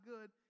good